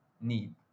need